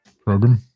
Program